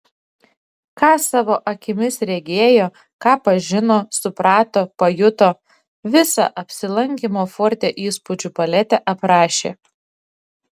ką savo akimis regėjo ką pažino suprato pajuto visą apsilankymo forte įspūdžių paletę aprašė